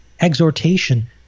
exhortation